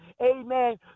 amen